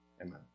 Amen